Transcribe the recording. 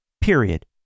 period